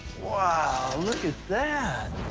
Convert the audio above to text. wow, look at that.